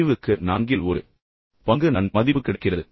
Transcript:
அறிவுக்கு நான்கில் ஒரு பங்கு நன் மதிப்பு கிடைக்கிறது